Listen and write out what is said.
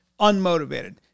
unmotivated